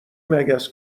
مگس